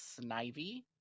Snivy